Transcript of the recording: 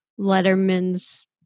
Letterman's